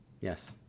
Yes